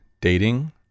dating